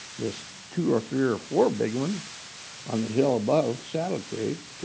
there's two or three or four big ones on the hill above saddle creek.